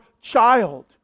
child